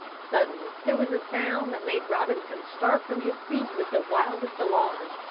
suddenly there was a sound that made robinson start from his seat with the wildest alarm.